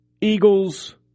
Eagles